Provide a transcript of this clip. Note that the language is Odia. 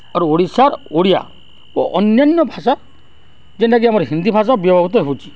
ଆରୁ ଓଡ଼ିଶାର ଓଡ଼ିଆ ଓ ଅନ୍ୟାନ୍ୟ ଭାଷା ଜେନ୍ଟାକି ଆମର ହିନ୍ଦୀ ଭାଷା ବ୍ୟବହୃତ ହେଉଛି